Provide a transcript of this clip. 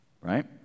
right